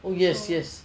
oh yes yes